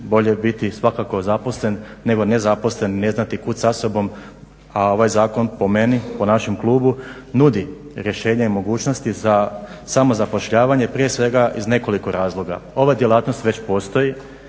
Bolje biti svakako zaposlen nego nezaposlen i ne znati kuda sa sobom, a ovaj zakon po našem klubu nudi rješenje i mogućnosti za samozapošljavanje prije svega iz nekoliko razloga. Ova djelatnost već postoji